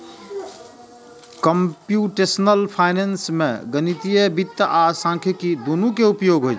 computational finance मे गणितीय वित्त आ सांख्यिकी, दुनू के उपयोग होइ छै